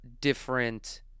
different